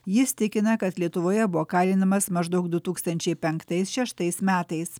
jis tikina kad lietuvoje buvo kalinamas maždaug du tūkstančiai penktais šeštais metais